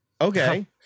Okay